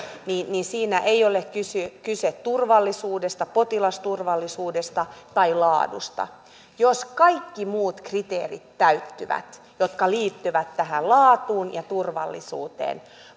ei ole kyse kyse turvallisuudesta potilasturvallisuudesta tai laadusta jos kaikki muut kriteerit täyttyvät jotka liittyvät tähän laatuun ja turvallisuuteen